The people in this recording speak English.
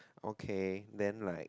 okay then like